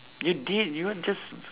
you did you all just